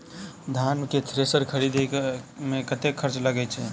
धान केँ थ्रेसर खरीदे मे कतेक खर्च लगय छैय?